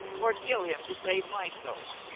or kill him to save my soul.